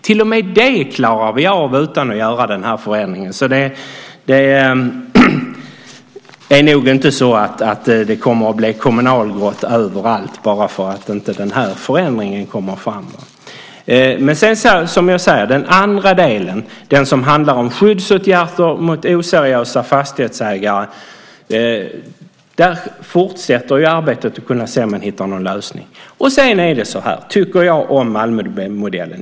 Till och med det klarar vi av utan att göra förändringen i fråga, så det är nog inte så att det blir kommunalgrått överallt bara för att den här förändringen inte kommer fram. När det gäller den andra delen - den som handlar om skyddsåtgärder gentemot oseriösa fastighetsägare - fortsätter arbetet med att se om det går att hitta en lösning. Tycker jag då om Malmömodellen?